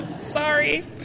Sorry